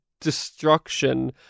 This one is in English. destruction